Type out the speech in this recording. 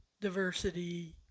diversity